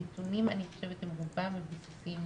אני סבורה שהנתונים ברובם מבוססים,